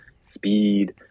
speed